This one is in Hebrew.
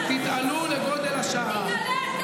תתעלה אתה, תדווח.